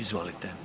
Izvolite.